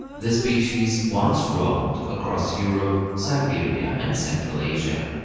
this species once ranged across europe, siberia and central asia.